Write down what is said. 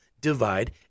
Divide